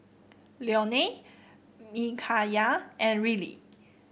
Leonel Micayla and Riley